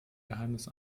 geheimnis